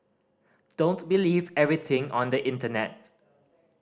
don't believe everything on the internet